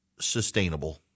sustainable